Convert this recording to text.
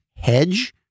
Hedge